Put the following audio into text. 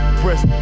press